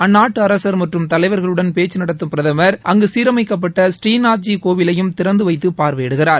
அந்நாட்டு அரச் மற்றும் தலைவா்களுடன் பேச்சு நடத்தும் பிரதமா் அங்கு சீரமைக்கப்பட்ட ஸ்ரீநாத்ஜி கோவிலையும் திறந்து வைத்து பார்வையிடுகிறார்